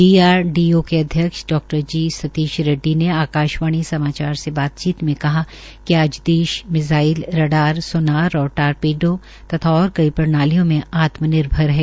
DRDO के अध्यक्ष डा जी सतीश रेडडी ने आकाशवाणी समाचार से बातचीत मे कहा कि आज देश मिसाईल रडार सोनार और टारपीडो तथा और कई प्राणियों में आत्मनिर्भर है